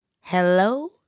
Hello